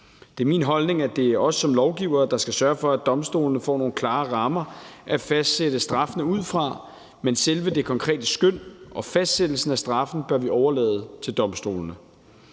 Det er min holdning, at det er os som lovgivere, der skal sørge for, at domstolene får nogle klare rammer at fastsætte straffene ud fra. Men selve det konkrete skøn og fastsættelsen af straffen bør vi overlade til domstolene.